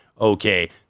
okay